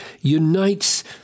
unites